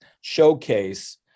showcase